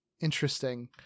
Interesting